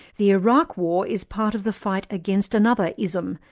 the iraq war is part of the fight against another ism,